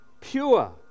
pure